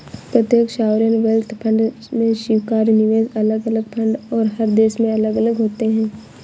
प्रत्येक sovereign wealth fund में स्वीकार्य निवेश अलग अलग फंड और हर देश में अलग अलग होते हैं